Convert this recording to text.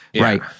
right